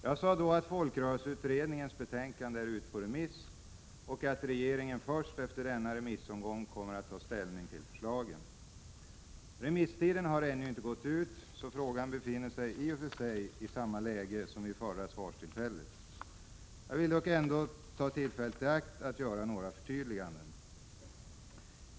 Jag sade då att folkrörelseutredningens betänkande är ute på remiss och att regeringen först efter denna remissomgång kommer att ta ställning till förslagen. Remisstiden har ännu inte gått ut, så frågan befinner sig i och för sig i samma läge som vid förra svarstillfället. Jag vill dock ta tillfället i akt att göra några förtydliganden.